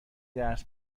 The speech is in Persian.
درس